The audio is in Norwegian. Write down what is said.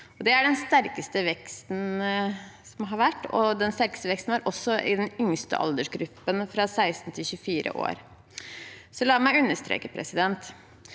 Det er den sterkeste veksten som har vært, og den sterkeste veksten var også i den yngste aldersgruppen, fra 16 til 24 år. La meg understreke: Regjeringen